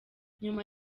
nyuma